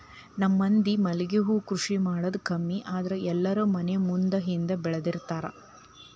ನಮ್ಮ ಮಂದಿ ಮಲ್ಲಿಗೆ ಹೂ ಕೃಷಿ ಮಾಡುದ ಕಮ್ಮಿ ಆದ್ರ ಎಲ್ಲಾರೂ ಮನಿ ಮುಂದ ಹಿಂದ ಬೆಳ್ದಬೆಳ್ದಿರ್ತಾರ